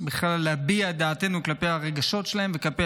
בכלל להביע את דעתנו כלפי הרגשות שלהן וכלפי